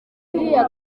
iriya